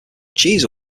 cheese